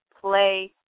play